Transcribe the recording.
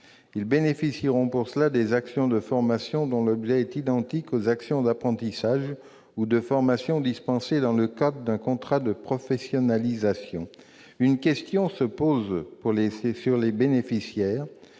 Ils utiliseront pour cela les actions de formation dont l'objet est identique aux actions d'apprentissage ou de formation dispensées dans le cadre d'un contrat de professionnalisation. Une question se pose concernant les bénéficiaires.